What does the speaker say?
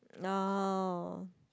no